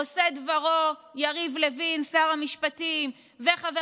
עושי דברו יריב לוין שר המשפטים וחבר